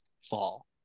fall